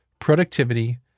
productivity